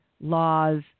laws